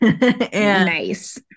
Nice